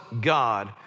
God